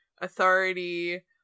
authority